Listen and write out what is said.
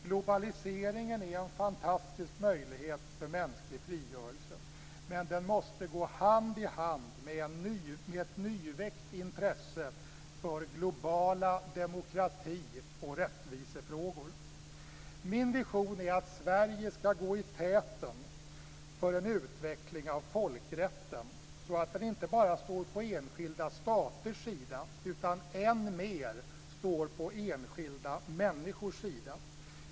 Globaliseringen är en fantastisk möjlighet för mänsklig frigörelse men den måste gå hand i hand med ett nyväckt intresse för globala demokrati och rättvisefrågor. Min vision är att Sverige ska gå i täten för en utveckling av folkrätten så att den inte bara står på enskilda staters sida utan så att den ännu mer står på enskilda människors sida.